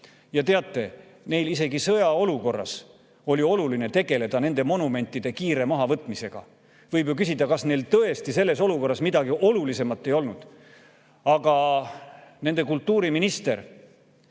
Ja teate, neil oli isegi sõjaolukorras oluline tegeleda nende monumentide kiire mahavõtmisega. Võib ju küsida, kas neil tõesti selles olukorras midagi olulisemat ei olnud. Aga nende kultuuriminister